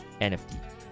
NFT